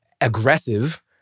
aggressive